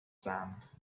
sand